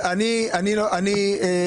על זה אני אחתום?